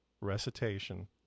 recitation